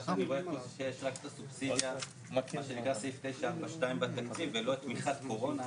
מה שאני רואה פה שיש רק את הסובסידיה ולא את תמיכת קורונה,